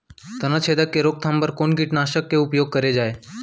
तनाछेदक के रोकथाम बर कोन कीटनाशक के उपयोग करे जाये?